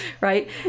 right